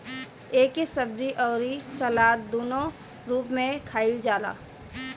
एके सब्जी अउरी सलाद दूनो रूप में खाईल जाला